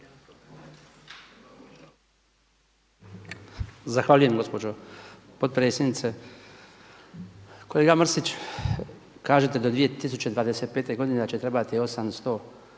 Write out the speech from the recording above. Zahvaljujem gospođo potpredsjednice. Kolega Mrsić, kažete da 2025. godine da će trebati 800